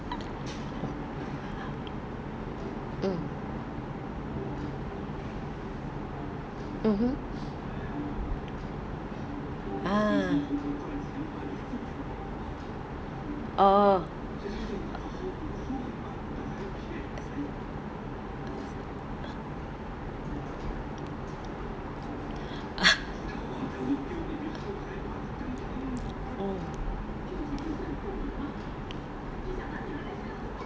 mm mmhmm ah oh mm